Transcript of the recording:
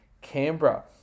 Canberra